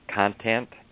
content